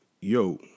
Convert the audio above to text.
yo